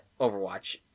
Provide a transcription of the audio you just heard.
Overwatch